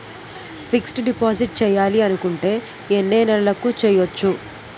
Fixed deposit చేయాలి అనుకుంటే ఎన్నే నెలలకు చేయొచ్చు?